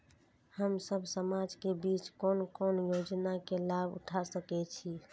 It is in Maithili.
हम सब समाज के बीच कोन कोन योजना के लाभ उठा सके छी?